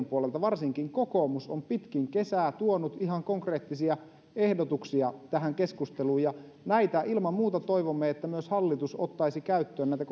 puolelta varsinkin kokoomus on pitkin kesää tuonut ihan konkreettisia ehdotuksia tähän keskusteluun ja ilman muuta toivomme että myös hallitus ottaisi käyttöön näitä